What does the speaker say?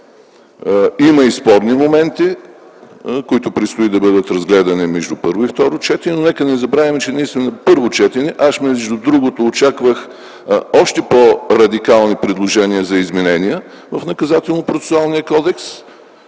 има и спорни моменти, които предстои да бъдат разгледани между първо и второ четене. Нека не забравяме, че ние сме на първо четене. Между другото, аз очаквах още по-радикални предложения за изменения в Наказателно-процесуалния кодекс,